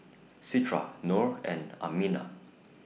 Citra Nor and Aminah